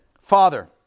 Father